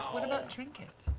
what about trinket?